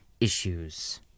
issues